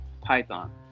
python